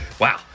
Wow